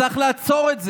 צריך לעצור את זה.